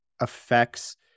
affects